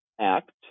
act